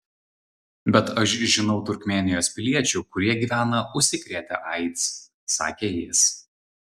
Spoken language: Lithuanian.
bet aš žinau turkmėnijos piliečių kurie gyvena užsikrėtę aids sakė jis